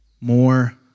more